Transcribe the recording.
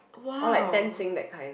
or like ten Sing that kind